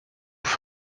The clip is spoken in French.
pour